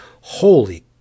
holy